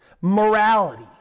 Morality